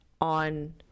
on